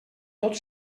tot